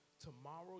tomorrow